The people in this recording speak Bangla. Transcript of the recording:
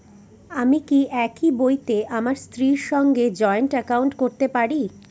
আমি কি একই বইতে আমার স্ত্রীর সঙ্গে জয়েন্ট একাউন্ট করতে পারি?